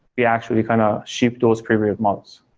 we actually kind of ship those previous models.